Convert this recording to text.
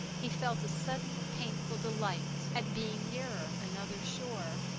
he felt a sudden painful delight at being nearer another shore.